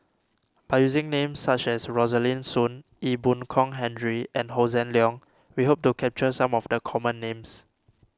by using names such as Rosaline Soon Ee Boon Kong Henry and Hossan Leong we hope to capture some of the common names